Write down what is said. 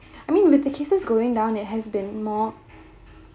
I mean with the cases going down it has been more